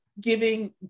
giving